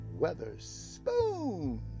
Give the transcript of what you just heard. Weatherspoon